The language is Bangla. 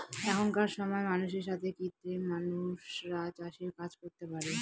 এখনকার সময় মানুষের সাথে কৃত্রিম মানুষরা চাষের কাজ করতে পারে